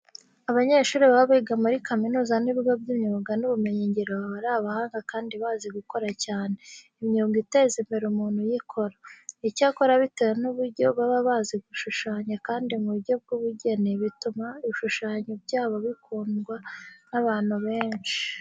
Abanyeshuri baba biga muri kaminuza n'ibigo by'imyuga n'ubumenyingiro baba ari abahanga kandi bazi gukora cyane. Imyuga iteza imbere umuntu uyikora. Icyakora bitewe n'uburyo baba bazi gushushanya kandi mu buryo bw'ubugeni bituma ibishushanyo byabo bikundwa n'abantu benshi.